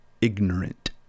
ignorant